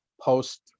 post